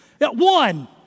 One